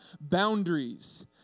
boundaries